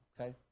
okay